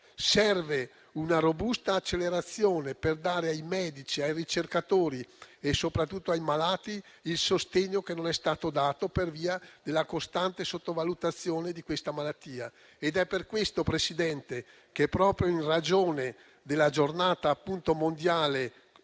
Serve una robusta accelerazione per dare ai medici, ai ricercatori e soprattutto ai malati il sostegno che non è stato dato per via della costante sottovalutazione di questa malattia. Ed è per questo, Presidente, che proprio in ragione della Giornata mondiale